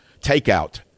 takeout